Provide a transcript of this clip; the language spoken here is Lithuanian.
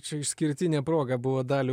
čia išskirtinė proga buvo dalių